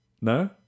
No